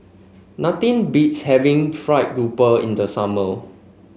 nothing beats having fried grouper in the summer